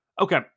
Okay